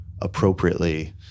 appropriately